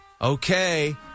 Okay